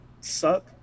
suck